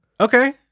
Okay